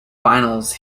finals